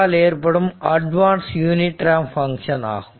all ஏற்படும் advance unit ramp function ஆகும்